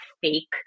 fake